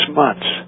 months